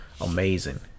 amazing